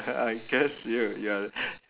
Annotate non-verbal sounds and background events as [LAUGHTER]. [LAUGHS] I guess you ya [LAUGHS]